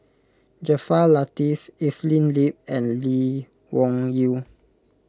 Jaafar Latiff Evelyn Lip and Lee Wung Yew